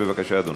בבקשה, אדוני.